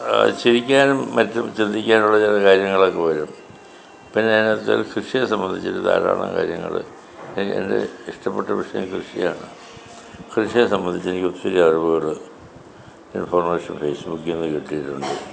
ചിരിക്കാനും മറ്റും ചിന്തിക്കാനുമുള്ള ചില കാര്യങ്ങളൊക്കെ വരും പിന്നെ അതിൻറ്റാത്തു കൃഷിയെ സംബന്ധിച്ചിട്ട് ധാരാളം കാര്യങ്ങള് എൻ്റെ ഇഷ്ടപെട്ട വിഷയം കൃഷിയാണ് കൃഷിയെ സംബന്ധിച്ച് എനിക്ക് ഒത്തിരി അറിവുകള് ഇൻഫർമേഷൻ ഫേസ്ബുക്കിൽ നിന്ന് കിട്ടിയിട്ടുണ്ട്